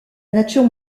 nature